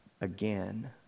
again